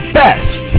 best